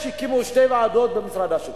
הקימו שתי ועדות במשרד השיכון.